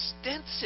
extensive